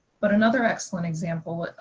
but another excellent example